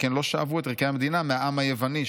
שכן לא שאבו את ערכי המדינה מהעם היווני,